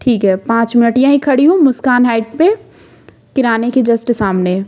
ठीक है पाँच मिनट यहीं खड़ी हूँ मुस्कान हाइट पर किराने के जस्ट सामने